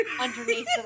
underneath